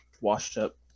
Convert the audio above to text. washed-up